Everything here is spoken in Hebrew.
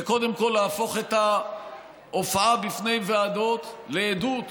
וקודם כול להפוך את ההופעה לפני ועדות לעדות,